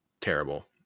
terrible